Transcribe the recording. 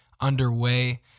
underway